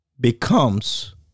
becomes